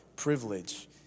privilege